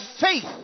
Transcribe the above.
faith